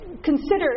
consider